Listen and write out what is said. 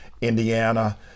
Indiana